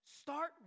Start